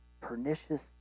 pernicious